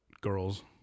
girls